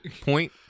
point